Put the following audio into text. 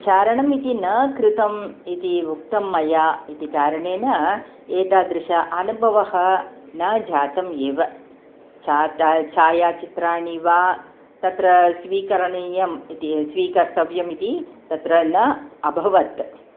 चारणमिति न कृतम् इति उक्तं मया इति कारणेन एतादृशः अनुभवः न जातम् एव च त छायाचित्राणि वा तत्र स्वीकरणीयम् इति स्वीकर्तव्यमिति तत्र न अभवत्